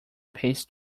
pays